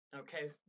Okay